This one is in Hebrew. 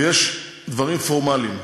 ויש דברים פורמליים.